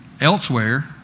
elsewhere